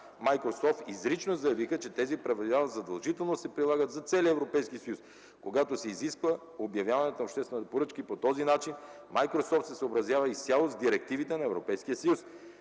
„Майкрософт” изрично заявиха, че тези правила задължително се прилагат за целия Европейски съюз, когато се изисква обявяването на обществена поръчка. По този начин „Майкрософт” се съобразява изцяло с директивите на Европейския съюз.